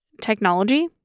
technology